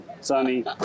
sunny